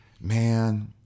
man